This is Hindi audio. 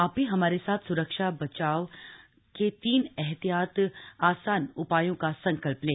आप भी हमारे साथ सुरक्षा और बचाव के तीन आसान एहतियाती उपायों का संकल्प लें